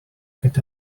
get